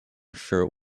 shirt